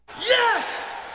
Yes